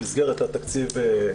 במסגרת התקציב,